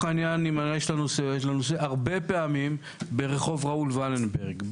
הרבה פעמים ברחוב ראול ולנברג,